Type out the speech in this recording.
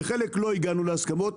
בחלק לא הגענו להסכמות.